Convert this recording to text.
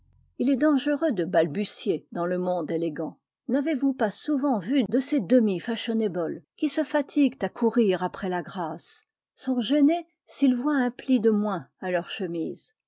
il est dangereux de balbutier dans le monde élégant n'avez-vous pas souvent vu de ces demi fashionables qui se fatiguent à courir après la grâce sont gênés s'ils voient un pli de moins à leur chemise